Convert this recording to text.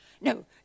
No